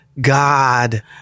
God